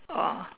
oh